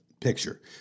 picture